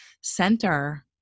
center